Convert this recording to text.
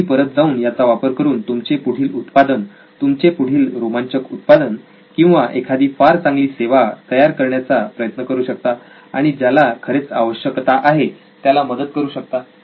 तुम्ही परत जाऊन याचा वापर करून तुमचे पुढील उत्पादन तुमचे पुढील रोमांचक उत्पादन किंवा एखादी फार चांगली सेवा तयार करण्याचा प्रयत्न करू शकता आणि ज्याला खरेच आवश्यकता आहे त्याला मदत करू शकता